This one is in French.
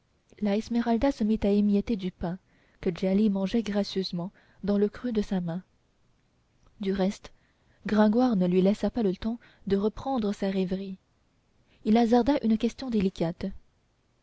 la esmeralda se mit à émietter du pain que djali mangeait gracieusement dans le creux de sa main du reste gringoire ne lui laissa pas le temps de reprendre sa rêverie il hasarda une question délicate